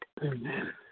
Amen